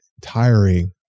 tiring